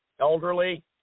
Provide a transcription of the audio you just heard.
elderly